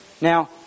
Now